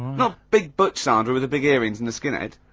not big butch sandra with the big earings and skinhead?